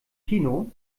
kino